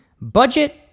Budget